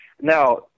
Now